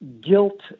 guilt